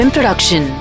Production